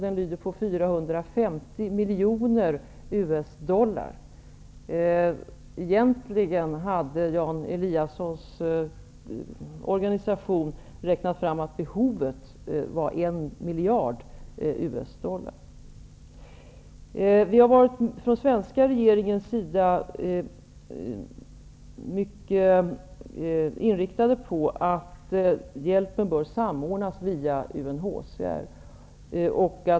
Den lyder på 450 miljoner US dollar. Egentligen hade Jan Eliassons organisation räknat fram att behovet var en miljard US-dollar. Den svenska regeringen har varit inriktad på att hjälpen bör samordnas via UNHCR.